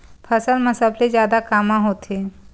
फसल मा सबले जादा कामा होथे?